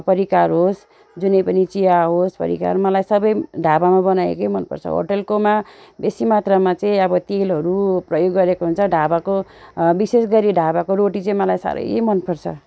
परिकार होस् जुनै पनि चिया होस् परिकार मलाई सबै ढाबामा बनाएकै मनपर्छ होटलकोमा बेसी मात्रामा चाहिँ अब तेलहरू प्रयोग गरेको हुन्छ ढाबाको विशेषगरी ढाबाको रोटी चाहिँ मलाई साह्रै मनपर्छ